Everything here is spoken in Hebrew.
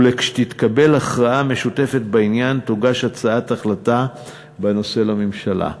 וכשתתקבל הכרעה משותפת בעניין תוגש הצעת החלטה בנושא לממשלה.